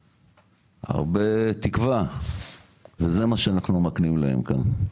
הרבה תקווה וזה מה שאנחנו מקנים להם כאן.